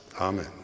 amen